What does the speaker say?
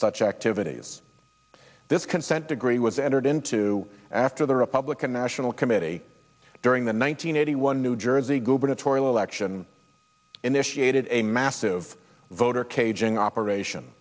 such activities this consent degree was entered into after the republican national committee during the one nine hundred eighty one new jersey gubernatorial election initiated a massive voter caging operation